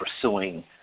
pursuing